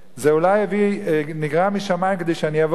זה אולי נגרם משמים כדי שאני אבוא לפה